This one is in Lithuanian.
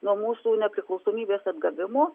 nuo mūsų nepriklausomybės atgavimo